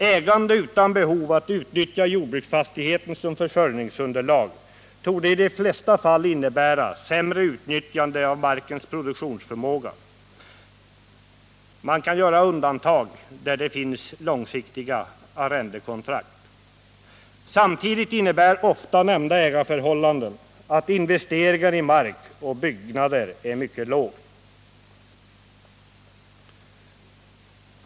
Ägande utan behov att utnyttja jordbruksfastigheten som försörjningsunderlag torde i de flesta fall innebära sämre utnyttjande av markens produktionsförmåga. Man kan göra undantag där det finns långsiktiga arrendekontrakt. Samtidigt innebär nämnda ägarförhållanden ofta att investeringar i mark och byggnader är mycket låga.